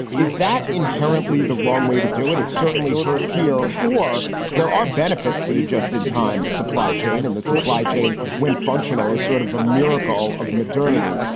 is that inherently the wrong way to do it? it certainly hurt here or there are benefits to the just in time supply chain. and the supply chain, when functional, is sort of a miracle of modernity.